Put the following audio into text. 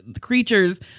creatures